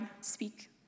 speak